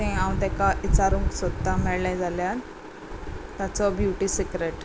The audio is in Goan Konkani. तें हांव ताका इचारूंक सोदता मेळ्ळें जाल्यार ताचो ब्युटी सिक्रेट